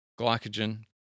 glycogen